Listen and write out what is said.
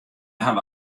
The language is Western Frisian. hawwe